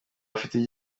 afitiye